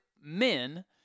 men